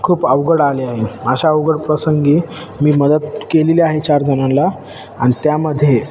खूप अवघड आले आहे अशा अवघड प्रसंगी मी मदत केलेली आहे चार जणाला आणि त्यामध्ये